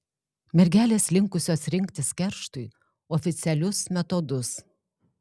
mergelės linkusios rinktis kerštui oficialius metodus